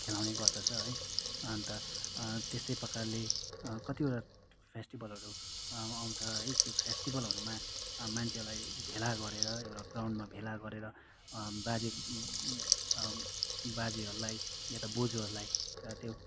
खेलाउने गर्दछ है अन्त त्यस्तै प्रकारले कतिवटा फेस्टिभलहरू आउँछ है त्यो फेस्टिभलहरूमा मान्छेहरूलाई भेला गरेर एउटा ग्राउन्डमा भेला गरेर बाजे बाजेहरूलाई या त बोजूहरूलाई त्यो